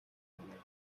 санагдана